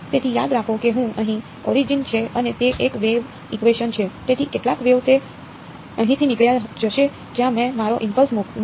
તેથી યાદ રાખો કે હું અહીં ઓરિજિન છે અને તે એક વેવ ઇકવેશન ધારણ કર્યો